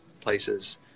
places